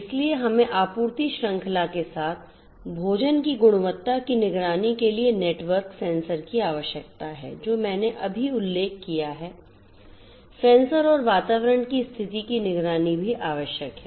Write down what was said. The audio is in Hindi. इसलिए हमें आपूर्ति श्रृंखला के साथ भोजन की गुणवत्ता की निगरानी के लिए नेटवर्क सेंसर की आवश्यकता है जो मैंने अभी उल्लेख किया है सेंसर और वातावरण की स्थिति की निगरानी भी आवश्यक है